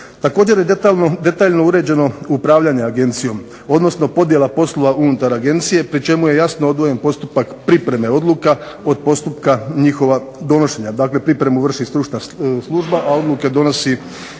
Također je detaljno uređeno upravljanje agencijom, odnosno podjela poslova unutar Agencije pri čemu je jasno odvojen postupak pripreme odluka od postupka njihova donošenja. Dakle, pripremu vrši stručna služba, a odluke donosi